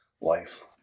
Life